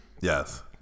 Yes